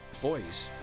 boys